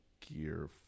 Gear